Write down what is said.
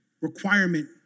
requirement